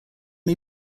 may